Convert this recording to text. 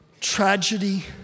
tragedy